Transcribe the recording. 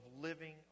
living